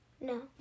No